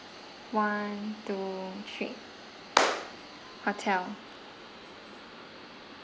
one two three hotel